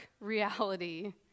reality